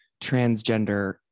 transgender